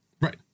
Right